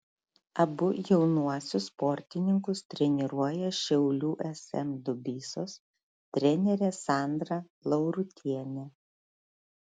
abu jaunuosius sportininkus treniruoja šiaulių sm dubysos trenerė sandra laurutienė